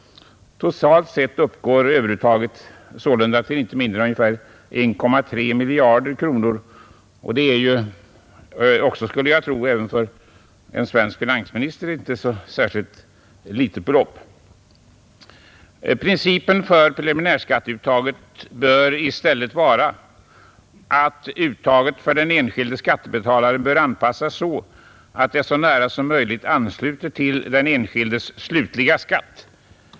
Totalt sett uppgår överuttaget sålunda till inte mindre än ungefär 1,3 miljarder kronor. Det är, skulle jag tro, inte heller för en svensk finansminister något särskilt litet belopp. Principen för preliminärskatteuttaget bör i stället vara att uttaget för den enskilde skattebetalaren anpassas så att det så nära som möjligt ansluter sig till den enskildes slutliga skatt.